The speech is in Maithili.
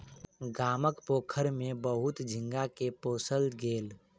गामक पोखैर में बहुत झींगा के पोसल गेल